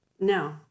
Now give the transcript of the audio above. No